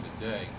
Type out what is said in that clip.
today